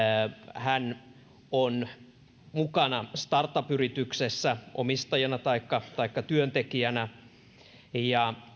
hän on mukana startup yrityksessä omistajana taikka taikka työntekijänä ja